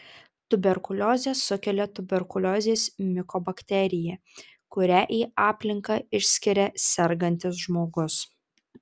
tuberkuliozę sukelia tuberkuliozės mikobakterija kurią į aplinką išskiria sergantis žmogus